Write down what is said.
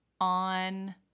on